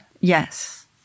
Yes